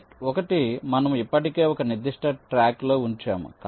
net 1 మనము ఇప్పటికే ఒక నిర్దిష్ట ట్రాక్లో ఉంచాము